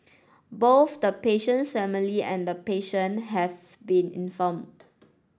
both the patient's family and the patient have been informed